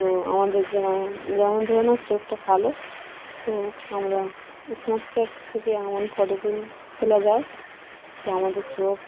তো আমাদের যেন যেমন ধরে নাও চোখটা কালো তো আমরা স্ন্যাপচ্যাট থেকে এমন ফটো ত তোলা যায় তো আমাদের চোখ